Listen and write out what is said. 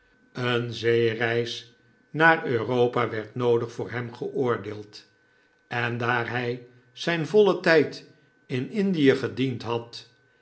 een zeereis naar europa werd noodig voor hem geoordeeld en daar hij zijn vollen tijd in indie gediend had